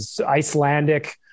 Icelandic